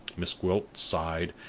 miss gwilt sighed,